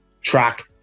track